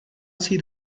sido